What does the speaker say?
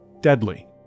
deadly